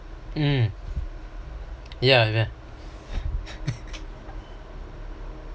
um yeah